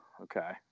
okay